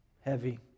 Heavy